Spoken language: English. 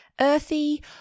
earthy